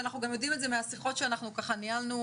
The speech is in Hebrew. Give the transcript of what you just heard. ואנחנו גם יודעים את זה מהשיחות שאנחנו ככה ניהלנו